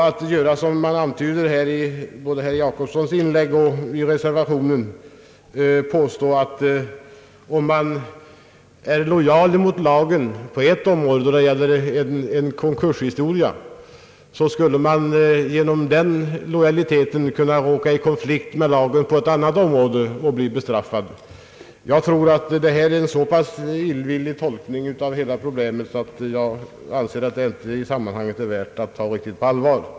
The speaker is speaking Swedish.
Det antydes här både i herr Jacobssons inlägg och i reservationen, att om man är lojal mot lagen på ett område, då det gäller en konkurshistoria, skulle man genom den lojaliteten kunna råka i konflikt med lagen på ett annat område och bli bestraffad. Jag tror att detta är en så pass illvillig tolkning av hela problemet att det inte är värt att bli taget riktigt på allvar.